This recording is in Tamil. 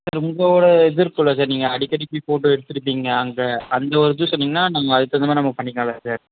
சார் உங்களோடய இது இருக்குதில்ல சார் நீங்கள் அடிக்கடி போய் ஃபோட்டோ எடுத்திருப்பீங்க அங்கே அந்த ஒரு இது சொன்னிங்கன்னால் நாங்கள் அதுக்கு தகுந்தமாரி நம்ம பண்ணிக்கலாம்ல சார்